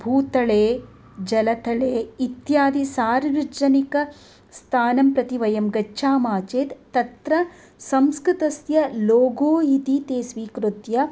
भूतले जलतले इत्यादि सार्वजनिकस्थानं प्रति वयं गच्छामः चेत् तत्र संस्कृतस्य लोगो इति ते स्वीकृत्य